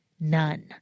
None